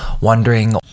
wondering